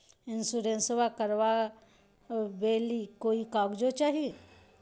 इंसोरेंसबा करबा बे ली कोई कागजों चाही?